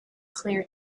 clear